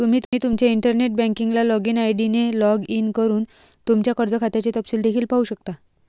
तुम्ही तुमच्या internet banking login ID ने लॉग इन करून तुमच्या कर्ज खात्याचे तपशील देखील पाहू शकता